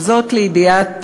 וזה לידיעת